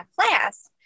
class